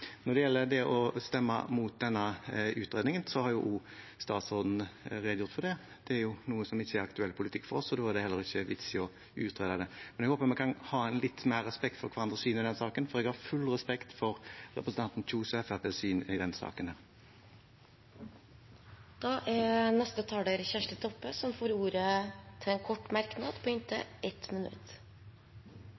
Når det gjelder det å stemme imot denne utredningen, har statsråden redegjort for det. Det er noe som ikke er aktuell politikk for oss, og da er det heller ikke noen vits i å utrede det. Men jeg håper vi kan ha litt større respekt for hverandres syn i denne saken, for jeg har full respekt for representanten Kjønaas Kjos og Fremskrittspartiets syn i denne saken. Representanten Kjersti Toppe har hatt ordet to ganger tidligere i debatten og får ordet til en kort merknad,